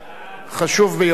חשוב ביותר.